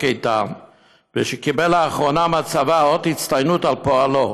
איתן וקיבל לאחרונה מהצבא אות הצטיינות על פועלו.